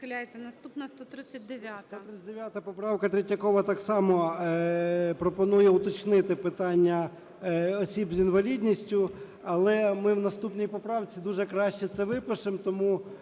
139 поправка Третьякова так само пропонує уточнити питання осіб з інвалідністю. Але ми в наступній поправці дуже краще це випишемо.